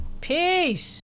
Peace